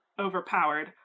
overpowered